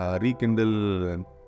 rekindle